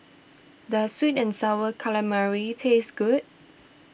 does Sweet and Sour Calamari taste good